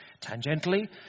Tangentially